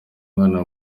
umwana